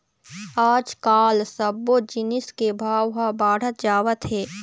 आजकाल सब्बो जिनिस के भाव ह बाढ़त जावत हे